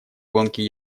гонки